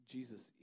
Jesus